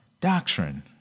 doctrine